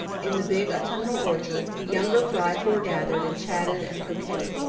in the big autumnal orchard the younger fry foregathered and chatted and coquetted.